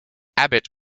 abbott